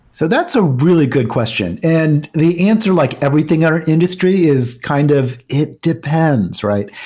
so that's a really good question, and the answer like everything our industry is kind of it depends, right?